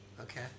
Okay